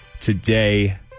today